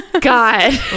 God